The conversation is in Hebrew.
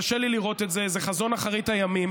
קשה לי לראות את זה, זה חזון אחרית הימים.